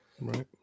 Right